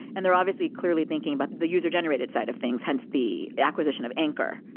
and they're obviously clearly thinking about the user generated side of things. hence, the acquisition of anchor.